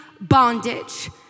bondage